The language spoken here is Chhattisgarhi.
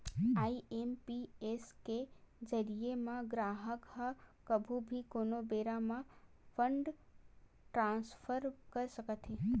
आई.एम.पी.एस के जरिए म गराहक ह कभू भी कोनो बेरा म फंड ट्रांसफर कर सकत हे